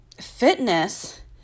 fitness